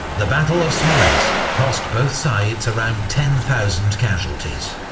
the battle of smolensk cost both sides around ten thousand casualties,